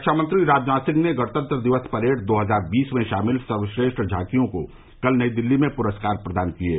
रक्षामंत्री राजनाथ सिंह ने गणतंत्र दिवस परेड दो हजार बीस में शामिल सर्वश्रेष्ठ झांकियों को कल नई दिल्ली में पुरस्कार प्रदान किये